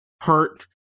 hurt